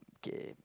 okay